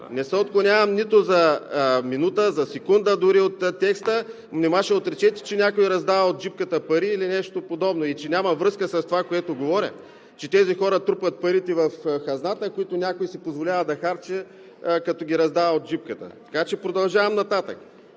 Не се отклонявам нито за минута, за секунда дори от текста. Нима ще отречете, че някой раздава от джипката пари или нещо подобно? И че няма връзка с това, което говоря? (Реплики от ГЕРБ.) Че тези хора трупат парите в хазната, които някой си позволява да харчи, като ги раздава от джипката? Продължавам нататък.